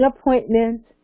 appointment